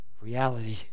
reality